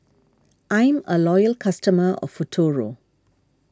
I'm a loyal customer of Futuro